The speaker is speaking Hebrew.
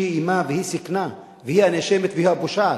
שהיא איימה, היא סיכנה, היא הנאשמת והיא הפושעת.